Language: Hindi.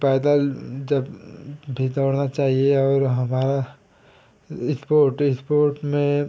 प पै पैदल जब भी दौड़ना चाहिए और हमारा इस्पोर्ट इस्पोर्ट में